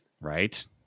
Right